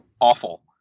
awful